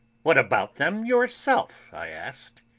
what about them yourself? i asked.